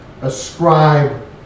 Ascribe